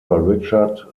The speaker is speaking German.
richard